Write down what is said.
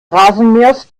rasenmähers